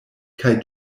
kaj